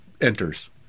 enters